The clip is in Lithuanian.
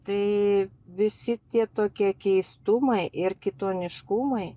tai visi tie tokie keistumai ir kitoniškumai